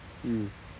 mm